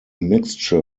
mixture